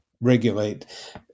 regulate